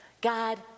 God